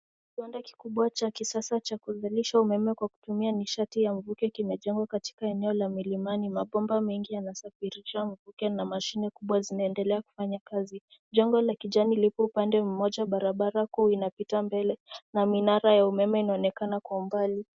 Kiwanda kikubwa cha kisasa cha kuzalisha umeme kwa kutumia nishati ya mvuke kimejengwa katika eneo la milimani. Mabomba mengi yanasafirisha mvuke na mashine kubwa zinaendelea kufanya kazi. Jengo la kijani lipo upande mmoja. Barabara kuu inapita mbele na minara ya umeme inaonekana kwa umbali.